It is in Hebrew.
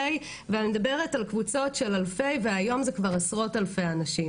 ואני מדברת על קבוצות של אלפי והיום זה כבר עשרות אלפי אנשים.